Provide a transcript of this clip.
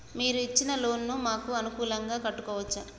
మీరు ఇచ్చిన లోన్ ను మాకు అనుకూలంగా కట్టుకోవచ్చా?